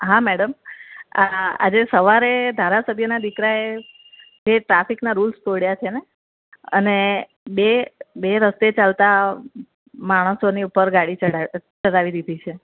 હા મેડમ આ આજે સવારે ધારાસભ્યના દીકરાએ જે ટ્રાફિકના રુલ્સ તોડયા છેને અને બે બે રસ્તે ચાલતા માણસોની ઉપર ગાડી ચડા ચડાવી દીધી છે